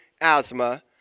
asthma